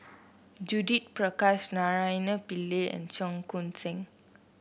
Judith Prakash Naraina Pillai and Cheong Koon Seng